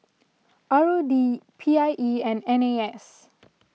R O D P I E and N A S